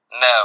No